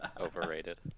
Overrated